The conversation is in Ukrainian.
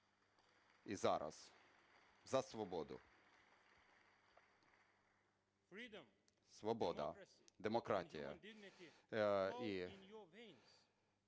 і зараз за свободу. Свобода, демократія –